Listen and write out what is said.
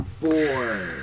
Four